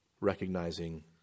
recognizing